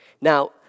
Now